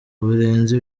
birenze